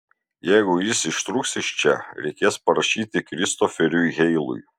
jeigu jis ištrūks iš čia reikės parašyti kristoferiui heilui